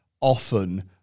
often